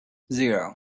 zero